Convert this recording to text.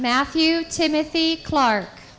matthew timothy clark